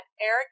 Eric